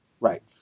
Right